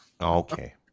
okay